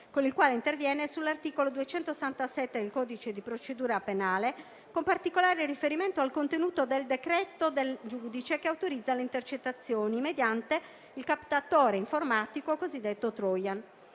con il quale interviene sull'articolo 267 del codice di procedura penale, con particolare riferimento al contenuto del decreto del giudice che autorizza le intercettazioni mediante il captatore informatico cosiddetto *trojan*.